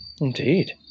indeed